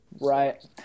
right